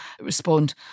respond